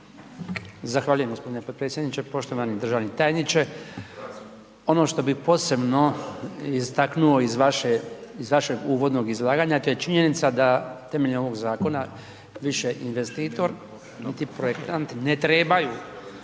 Zahvaljujem g. potpredsjedniče. Poštovani državni tajniče, ono što bi posebno istaknuo iz vašeg uvodnog izlaganja, to je činjenica da temeljem ovog zakona više investitor niti projektant ne trebaju